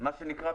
ומה שנקרא,